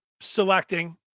selecting